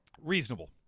reasonable